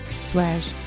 slash